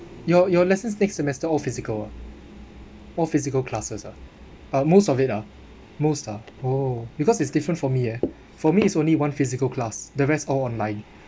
your your lessons next semester all physical ah all physical classes ah uh most of it ah most ah oh because it's different for me eh for me it's only one physical class the rest all online